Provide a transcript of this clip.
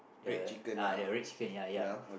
the ah the red chicken ya ya